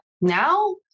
now